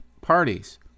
parties